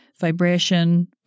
vibration